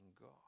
God